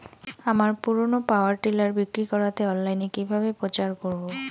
আমার পুরনো power tiller বিক্রি করাতে অনলাইনে কিভাবে প্রচার করব?